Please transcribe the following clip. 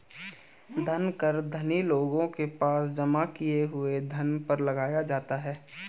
धन कर धनी लोगों के पास जमा किए हुए धन पर लगाया जाता है